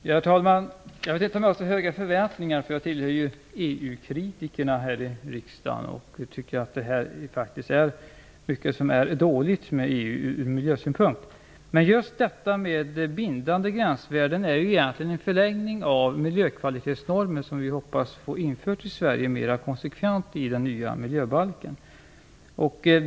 Herr talman! Jag vet inte om jag har så höga förväntningar. Jag tillhör ju EU-kritikerna här i riksdagen och tycker faktiskt att det är mycket som är dåligt med EU ur miljösynpunkt. Men just detta med bindande gränsvärden är egentligen en förlängning av miljökvalitetsnormen, som vi hoppas få införd i Sverige mer konsekvent i den nya miljöbalken.